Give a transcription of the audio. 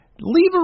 leave